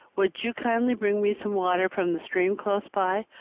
would you kindly bring me some water from the stream close by?